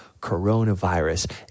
coronavirus